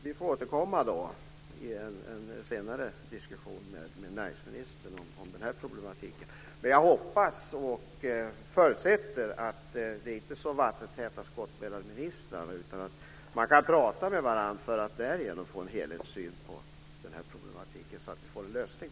Vi får återkomma i en senare diskussion med näringsministern om den här problematiken, men jag hoppas och förutsätter att det inte är så vattentäta skott mellan ministrarna utan att de kan prata med varandra för att därigenom få en helhetssyn på den här problematiken, så att vi får en lösning.